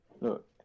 Look